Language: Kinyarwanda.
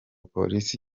polisi